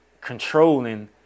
controlling